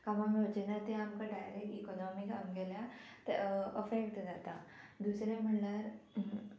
कामां मेळचें ना तें आमकां डायरेक्ट इकॉनॉमीक आमगेल्या अफेक्ट जाता दुसरें म्हणल्यार